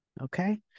Okay